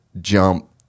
jump